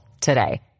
today